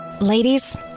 Ladies